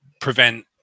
prevent